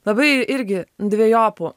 labai irgi dvejopu